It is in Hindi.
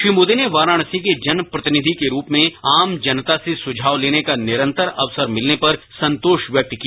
श्री मोदी ने वाराणसी के जन प्रतिनिधि के रूप में आम जनता से सुझाव लेने का निरंतर अवसर मिलने पर संतोष व्यक्त किया